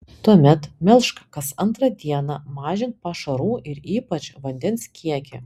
tuomet melžk kas antrą dieną mažink pašarų ir ypač vandens kiekį